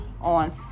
on